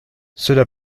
cela